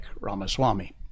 Ramaswamy